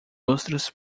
ostras